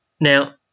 Now